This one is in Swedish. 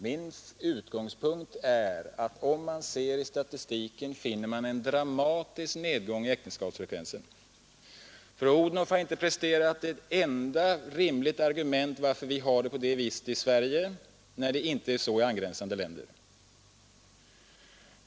Min utgångspunkt är att statistiken visar en dramatisk nedgång i äktenskapsfrekvensen. Fru Odhnoff har inte presterat ett enda rimligt argument som förklaring till varför det är så i Sverige men inte i angränsande länder.